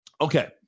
Okay